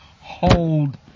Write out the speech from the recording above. hold